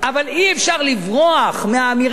אבל אי-אפשר לברוח מהאמירה,